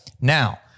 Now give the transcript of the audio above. now